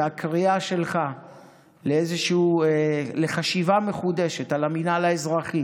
הקריאה שלך לאיזושהי חשיבה מחודשת על המינהל האזרחי